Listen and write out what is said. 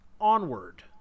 onward